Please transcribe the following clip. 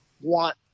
want